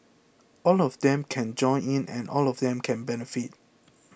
all of them can join in and all of them can benefit